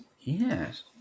Yes